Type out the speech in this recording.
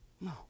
No